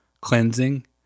cleansing